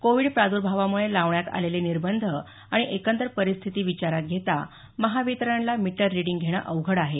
Covid प्रादुर्भावामुळे लावण्यात आलेले निर्बंध आणि एकंदर परिस्थिती विचारात घेता महावितरणला मीटर रीडिंग घेणं अवघड आहे